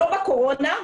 לא בקורונה,